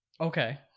Okay